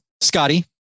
scotty